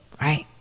right